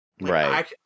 right